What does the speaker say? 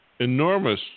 Enormous